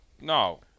No